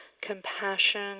compassion